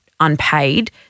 Unpaid